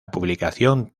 publicación